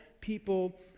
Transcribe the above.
people